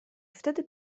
wtedy